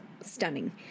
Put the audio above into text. stunning